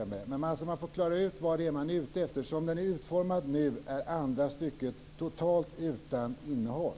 Man får klara ut vad man är ute efter. Som paragrafen nu är utformad är andra stycket totalt utan innehåll.